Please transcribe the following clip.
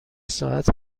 ساعت